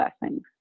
blessings